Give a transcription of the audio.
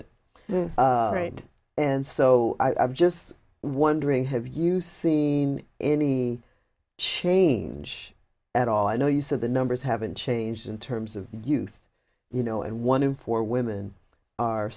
it right and so i'm just wondering have you seen any change at all i know you said the numbers haven't changed in terms of youth you know and one in four women are